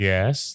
Yes